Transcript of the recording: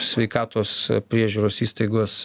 sveikatos priežiūros įstaigos